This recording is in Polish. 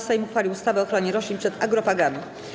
Sejm uchwalił ustawę o ochronie roślin przed agrofagami.